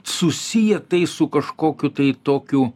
susiję tai su kažkokiu tai tokiu